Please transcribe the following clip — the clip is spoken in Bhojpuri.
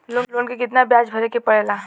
लोन के कितना ब्याज भरे के पड़े ला?